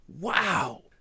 Wow